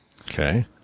Okay